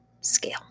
scale